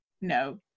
no